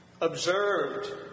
observed